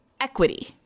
equity